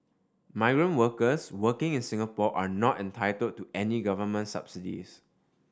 migrant workers working in Singapore are not entitled to any Government subsidies